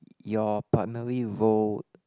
your primary role